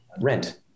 Rent